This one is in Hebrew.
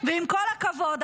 ועם כל הכבוד,